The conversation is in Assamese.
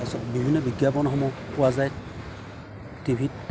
তাৰপিছত বিভিন্ন বিজ্ঞাপনসমূহ পোৱা যায় টিভিত